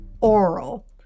oral